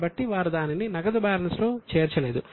కాబట్టి వారు దానిని నగదు బ్యాలెన్స్లో చేర్చలేదు